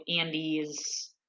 Andy's